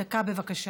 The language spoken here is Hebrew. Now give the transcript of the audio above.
דקה, בבקשה.